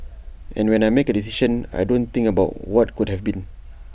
and when I make A decision I don't think about what could have been